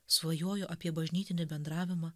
svajoju apie bažnytinį bendravimą